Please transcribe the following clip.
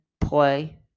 play